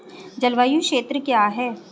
जलवायु क्षेत्र क्या है?